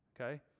okay